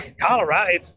Colorado